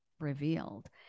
revealed